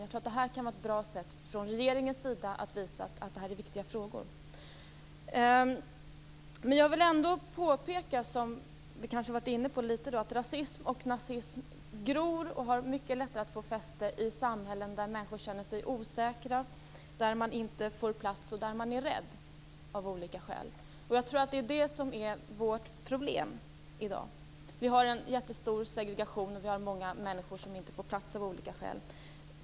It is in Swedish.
Jag tror att det här kan vara ett bra sätt att från regeringens sida visa att det här är viktiga frågor. Jag vill ändå påpeka att rasism och nazism gror och har mycket lättare att få fäste i samhällen där människor känner sig osäkra, där man inte får plats och där man är rädd av olika skäl. Jag tror att det är det som är vårt problem i dag. Vi har en stor segregation och vi har många människor som av olika skäl inte får plats.